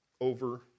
over